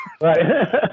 Right